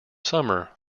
summer